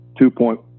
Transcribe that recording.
two-point